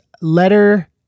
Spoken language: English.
Letter